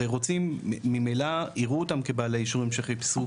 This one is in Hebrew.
הרי ממילא יראו אותם כבעלי אישור המשך עיסוק